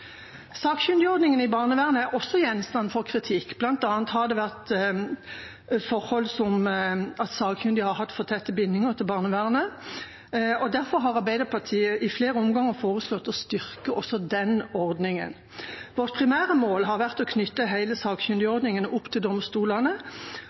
Sakkyndigordningen i barnevernet er også gjenstand for kritikk, bl.a. har det vært forhold som at sakkyndig har hatt for tette bindinger til barnevernet. Derfor har Arbeiderpartiet i flere omganger foreslått å styrke også den ordningen. Vårt primære mål har vært å knytte